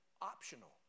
optional